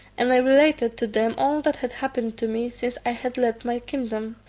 and i related to them all that had happened to me since i had left my kingdom,